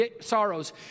sorrows